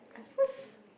at first